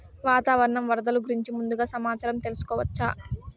వాతావరణం వరదలు గురించి ముందుగా సమాచారం తెలుసుకోవచ్చా?